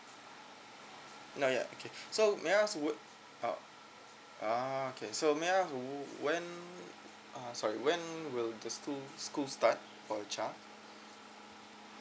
not yet okay so may I ask uh ah okay so may I ask when uh sorry when will the school school start for the child